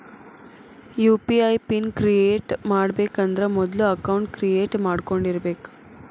UPI pin create ಮಾಡಬೇಕಂದ್ರ ಮೊದ್ಲ account create ಮಾಡ್ಕೊಂಡಿರಬೆಕ್